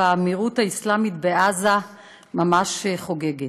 והאמירות האסלאמית בעזה ממש חוגגת.